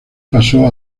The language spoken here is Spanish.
pasó